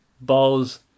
Balls